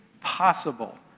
possible